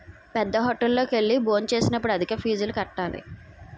పేద్దహోటల్లోకి వెళ్లి భోజనం చేసేటప్పుడు అధిక ఫీజులు కట్టాలి